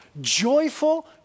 Joyful